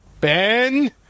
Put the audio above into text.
Ben